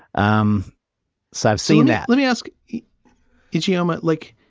um so i've seen that let me ask you, chioma, like,